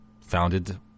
founded